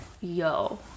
yo